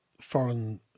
foreign